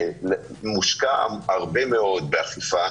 מושקע הרבה מאוד באכיפה,